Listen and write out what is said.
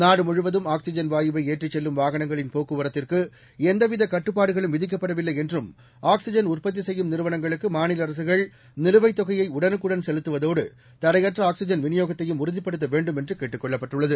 நாடுமுழுவதும் ஆக்ஸிஜன் வாயுவை ஏற்றிச்செல்லும் வாகனங்களின் போக்குவரத்திற்கு எந்தவித கட்டுப்பாடுகளும் விதிக்கப்படவில்லை என்றும் ஆக்ஸிஜன் உற்பத்தி செய்யும் நிறுவனங்களுக்கு மாநில அரசுகள் நிலுவைத் தொகையை உடனுக்குடன் செலுத்துவதோடு தடையற்ற ஆக்ஸிஜன் விநியோகத்தையும் உறுதிப்படுத்த வேண்டும் என்று கேட்டுக் கொள்ளப்பட்டுள்ளது